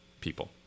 people